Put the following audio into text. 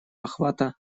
охвата